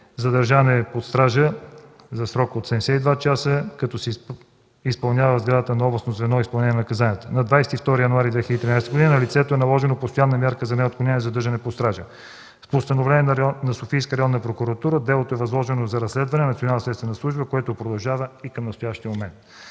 Задържан е под стража за срок от 72 часа, която се изпълнява в сградата на Областно звено „Изпълнение на наказанията”. На 22 януари 2013 г. на лицето е наложена постоянна мярка за неотклонение „задържане под стража”. С постановление на Софийска районна прокуратура делото е възложено за разследване на Национална следствена служба, което продължава и към настоящия момент.